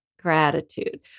gratitude